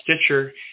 Stitcher